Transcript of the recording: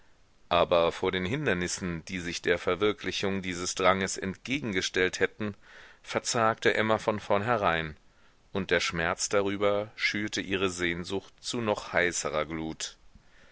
aber vor den hindernissen die sich der verwirklichung dieses dranges entgegengestellt hätten verzagte emma von vornherein und der schmerz darüber schürte ihre sehnsucht zu noch heißerer glut